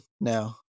now